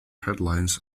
headlines